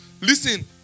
Listen